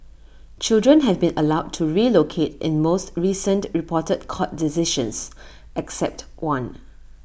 children have been allowed to relocate in most recent reported court decisions except one